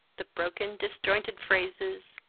the broken, disjointed phrases,